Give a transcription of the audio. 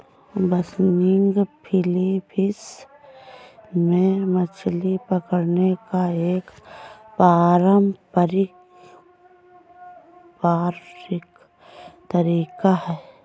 बासनिग Philippines में मछली पकड़ने का एक पारंपरिक तरीका है